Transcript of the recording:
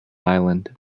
island